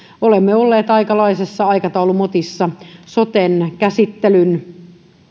olemme olleet aikalaisessa aikataulumotissa soten käsittelyn